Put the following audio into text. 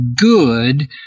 good